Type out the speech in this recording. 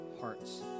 hearts